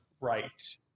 right